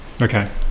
Okay